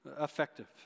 effective